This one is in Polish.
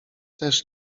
też